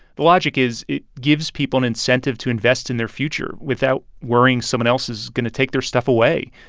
the logic is it gives people an incentive to invest in their future without worrying someone else is going to take their stuff away.